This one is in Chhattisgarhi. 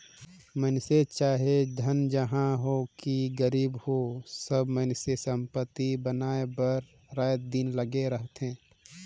मइनसे चाहे धनहा होए कि गरीब होए सब मइनसे संपत्ति बनाए बर राएत दिन लगे रहथें